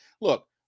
look